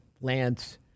Lance